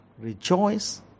rejoice